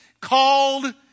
called